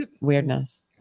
Weirdness